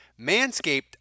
Manscaped